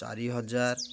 ଚାରି ହଜାର